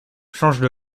changent